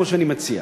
כמו שאני מציע.